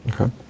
Okay